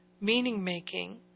meaning-making